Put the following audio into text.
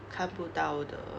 看不到的